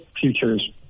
futures